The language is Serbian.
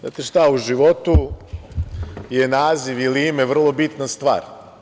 Znate šta, u životu je naziv ili ime vrlo bitna stvar.